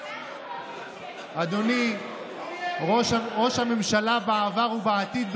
אדוני ראש הממשלה בעבר ובעתיד,